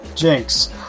jinx